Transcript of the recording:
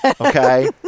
Okay